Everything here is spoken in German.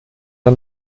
der